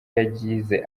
yagize